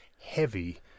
heavy